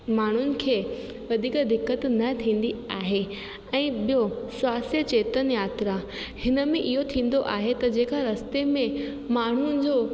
माण्हुनि खे वधीक दिक़त न थींदी आहे ऐं ॿियो स्वास्थ्य चेतन यात्रा हिन में इहो थींदो आहे त जेका रस्ते में माण्हुनि जो